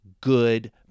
good